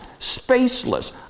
spaceless